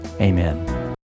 amen